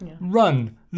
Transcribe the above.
Run